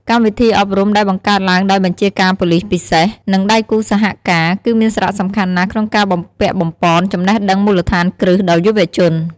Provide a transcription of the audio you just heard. កម្មវិធីអប់រំដែលបង្កើតឡើងដោយបញ្ជាការប៉ូលិសពិសេស និងដៃគូសហការ គឺមានសារៈសំខាន់ណាស់ក្នុងការបំពាក់បំប៉នចំណេះដឹងមូលដ្ឋានគ្រឹះដល់យុវជន។